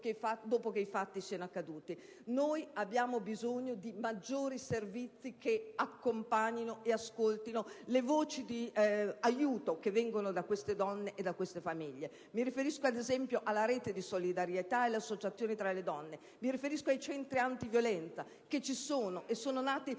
che i fatti siano accaduti: abbiamo bisogno di maggiori servizi che accompagnino e ascoltino le voci di aiuto che vengono dalle donne e dalle famiglie. Mi riferisco, ad esempio, alle reti di solidarietà e alle associazioni tra le donne, ai centri antiviolenza, che ci sono e sono nati